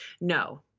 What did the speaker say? No